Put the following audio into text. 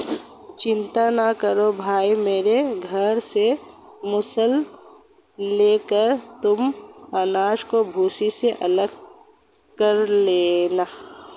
चिंता ना करो भाई मेरे घर से मूसल लेकर तुम अनाज को भूसी से अलग कर लेना